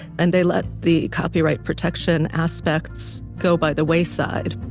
and they let the copyright protection aspects go by the wayside